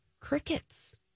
Crickets